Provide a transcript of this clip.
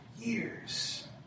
years